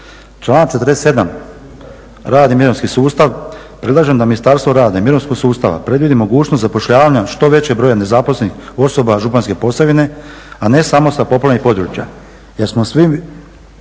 Članak 47. rad i mirovinski sustav. Predlažem da Ministarstvo rada i mirovinskog sustava predvidi mogućnost zapošljavanja što većeg broja nezaposlenih osoba županjske Posavine, a ne samo sa poplavljenih područja